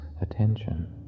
attention